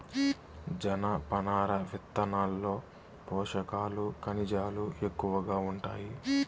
జనపనార విత్తనాల్లో పోషకాలు, ఖనిజాలు ఎక్కువగా ఉంటాయి